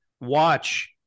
watch